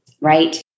right